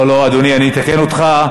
לא לא, אדוני, אני אתקן אותך.